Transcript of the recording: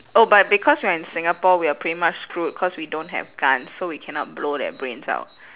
oh but because we're in singapore we are pretty much screwed cause we don't have guns so we cannot blow their brains out